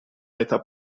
metà